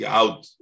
out